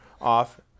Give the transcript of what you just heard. off